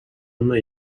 una